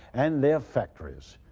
and their factories.